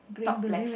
top left